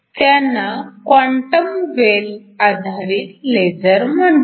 त्यांना 'quantum well' आधारित laser म्हणतात